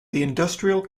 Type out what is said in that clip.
industrial